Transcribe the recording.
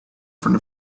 from